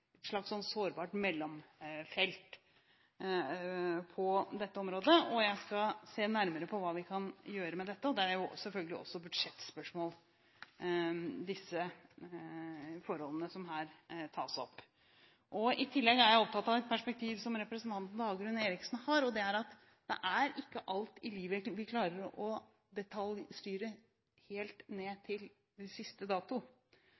et slags sårbart mellomfelt på dette området. Jeg skal se nærmere på hva vi kan gjøre med dette. Disse forholdene som her tas opp, er selvfølgelig også et budsjettspørsmål. I tillegg er jeg opptatt av et perspektiv som representanten Dagrun Eriksen har, nemlig at det er ikke alt i livet vi klarer å detaljstyre helt ned til siste dato.